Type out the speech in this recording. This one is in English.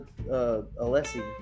Alessi